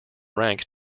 rank